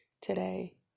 today